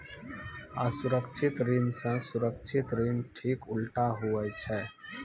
असुरक्षित ऋण से सुरक्षित ऋण ठीक उल्टा हुवै छै